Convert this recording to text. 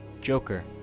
Joker